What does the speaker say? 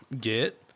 get